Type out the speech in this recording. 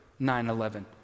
9/11